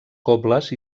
cobles